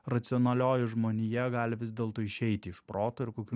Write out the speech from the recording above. racionalioji žmonija gali vis dėlto išeiti iš proto ir kokių